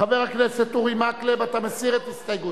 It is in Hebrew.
חבר הכנסת אורי מקלב, אתה מסיר את הסתייגותך?